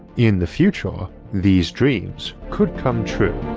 in the future, these dreams could come true.